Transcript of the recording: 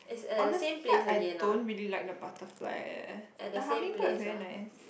honestly I don't really like the butterfly eh the hummingbird very nice